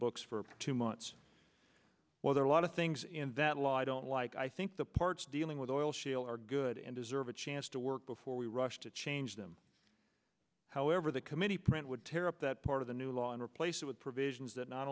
books for two months well there are a lot of things in that law i don't like i think the parts dealing with the oil shale are good and deserve a chance to work before we rush to change them however the committee print would tear up that part of the new law and replace it with provisions that not